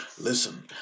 Listen